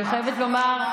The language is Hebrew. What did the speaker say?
מה את יכולה לומר להם?